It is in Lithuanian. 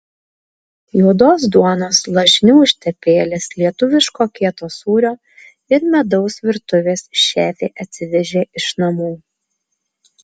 juodos duonos lašinių užtepėlės lietuviško kieto sūrio ir medaus virtuvės šefė atsivežė iš namų